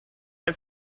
are